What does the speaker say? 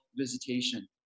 visitation